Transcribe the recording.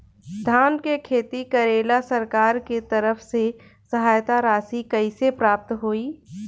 धान के खेती करेला सरकार के तरफ से सहायता राशि कइसे प्राप्त होइ?